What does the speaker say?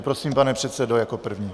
Prosím, pan předseda jako první.